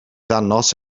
ddangos